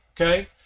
Okay